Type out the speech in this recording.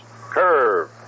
Curve